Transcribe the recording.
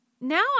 Now